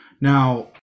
Now